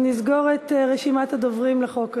אנחנו נסגור את רשימת הדוברים לחוק הזה.